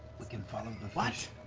we can follow the